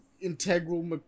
integral